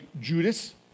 Judas